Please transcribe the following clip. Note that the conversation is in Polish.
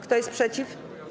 Kto jest przeciw?